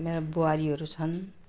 मेरो बुहारीहरू छन्